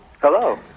Hello